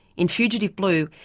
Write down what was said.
in fugitive blue,